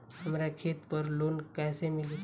हमरा खेत पर लोन कैसे मिली?